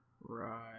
Right